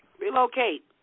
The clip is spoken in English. Relocate